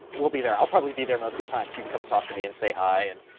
we'll be there. i'll probably be there most the time so you can come and talk to me and say hi. and